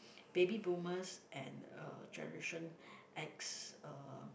baby boomers and uh generation X uh